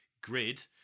grid